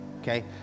Okay